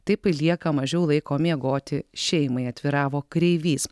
taip lieka mažiau laiko miegoti šeimai atviravo kreivys